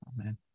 Amen